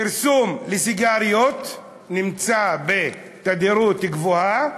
פרסום לסיגריות נמצא בתדירות גבוהה,